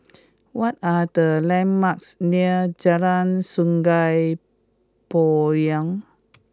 what are the landmarks near Jalan Sungei Poyan